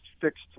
fixed